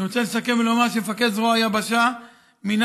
אני רוצה לסכם ולומר שמפקד זרוע היבשה מינה